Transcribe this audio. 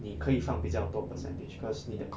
你可以放比较多 percentage cause 你的 commitment 比较少